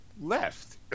left